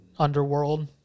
underworld